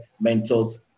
mentors